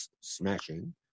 smashing